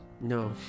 No